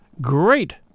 Great